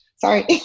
Sorry